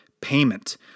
payment